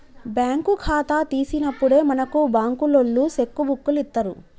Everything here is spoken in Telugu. బ్యాంకు ఖాతా తీసినప్పుడే మనకు బంకులోల్లు సెక్కు బుక్కులిత్తరు